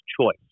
choice